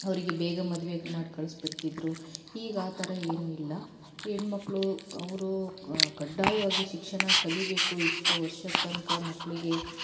ಅವರಿಗೆ ಬೇಗ ಮದುವೆ ಮಾಡಿಕಳ್ಸ್ಬಿಟ್ತಿದ್ರು ಈಗ ಆ ಥರ ಏನೂ ಇಲ್ಲ ಹೆಣ್ಮಕ್ಳು ಅವರು ಕ ಕಡ್ಡಾಯವಾಗಿ ಶಿಕ್ಷಣ ಕಲೀಬೇಕು ಇಷ್ಟು ವರ್ಷದ ತನಕ ಮಕ್ಕಳಿಗೆ